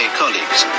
colleagues